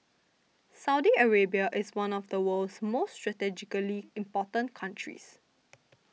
Saudi Arabia is one of the world's most strategically important countries